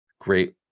great